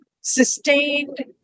sustained